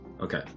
Okay